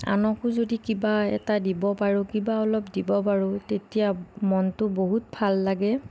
আনকো যদি কিবা এটা দিব পাৰোঁ কিবা অলপ দিব পাৰোঁ তেতিয়া মনটো বহুত ভাল লাগে